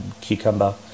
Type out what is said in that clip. cucumber